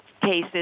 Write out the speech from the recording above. cases